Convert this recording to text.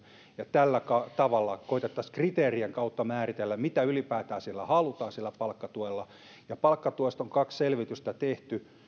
ja tällä tavalla koetettaisiin kriteerien kautta määritellä mitä ylipäätään sillä palkkatuella halutaan palkkatuesta on kaksi selvitystä tehty